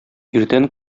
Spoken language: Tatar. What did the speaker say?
иртән